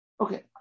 Okay